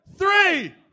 Three